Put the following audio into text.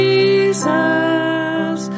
Jesus